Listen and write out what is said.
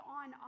on